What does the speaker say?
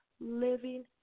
living